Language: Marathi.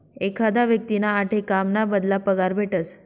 एखादा व्यक्तींना आठे काम ना बदला पगार भेटस